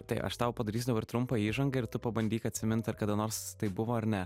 tai aš tau padarysiu dabar trumpą įžangą ir tu pabandyk atsimint ar kada nors tai buvo ar ne